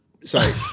sorry